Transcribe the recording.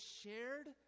shared